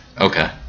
Okay